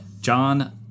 John